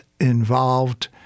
involved